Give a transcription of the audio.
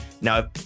now